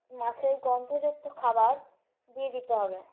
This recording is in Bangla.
মাছের গন্ধযুক্ত খাবার দিয়ে দিতে হবে